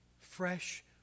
fresh